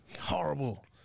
Horrible